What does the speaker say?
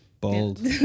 Bold